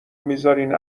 میذارین